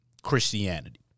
Christianity